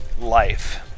life